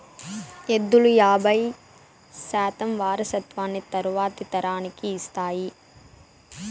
ఎద్దులు యాబై శాతం వారసత్వాన్ని తరువాతి తరానికి ఇస్తాయి